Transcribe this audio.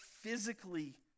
physically